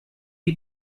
you